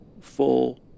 full